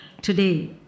Today